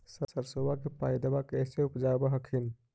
सरसोबा के पायदबा कैसे उपजाब हखिन?